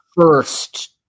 first